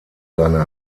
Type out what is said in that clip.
seine